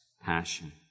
passion